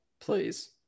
please